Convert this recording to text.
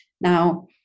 now